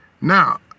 Now